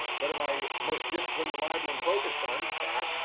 what am i most disciplined, reliable, and focused on? that